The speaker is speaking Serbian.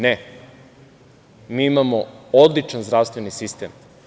Ne, mi imamo odličan zdravstveni sistem.